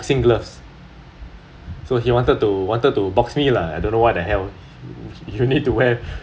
no boxing gloves so he wanted to wanted to box me lah I don't know what the hell you need to wear